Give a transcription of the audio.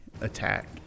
attack